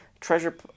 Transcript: Treasure